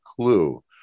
clue